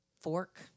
fork